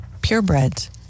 purebreds